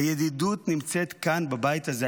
הידידות נמצאת כאן בבית הזה,